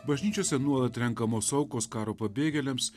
bažnyčiose nuolat renkamos aukos karo pabėgėliams